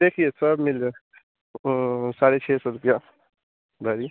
देखिए सब मिल साढ़े छह सौ रुपया भरी